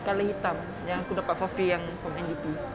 colour hitam yang aku dapat for free yang from N_D_P